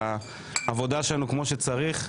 בזכות המספרים של המ.מ.מ הצלחנו לשנות.